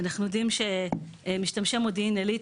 אנחנו יודעים שמשתמשי מודיעין עילית